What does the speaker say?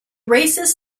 races